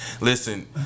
Listen